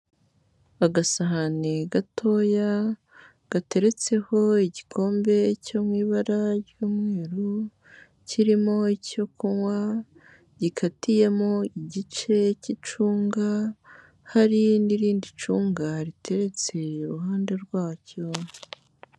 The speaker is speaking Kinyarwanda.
Agasahani gatoya, gateretseho igikombe cyo mu ibara ry'umweru, kirimo icyo kunywa, gikatiyemo igice cy'icunga, hari n'irindi cunga riteretse iruhande rwacyo.